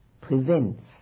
prevents